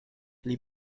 pli